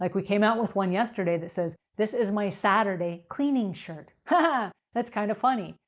like we came out with one yesterday that says, this is my saturday cleaning shirt. haha. that's kind of funny.